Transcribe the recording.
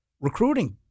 recruiting